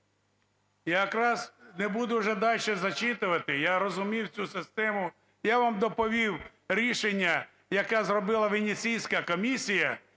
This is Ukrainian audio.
Я якраз не буду вже далі зачитувати, я розумів цю систему. Я вам доповів рішення, яке зробила Венеційська комісія.